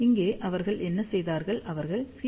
இங்கே அவர்கள் என்ன செய்தார்கள் அவர்கள் Cλ 0